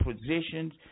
positions